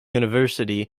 university